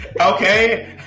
Okay